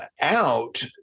out